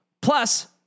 Plus